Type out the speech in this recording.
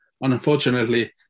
unfortunately